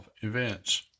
events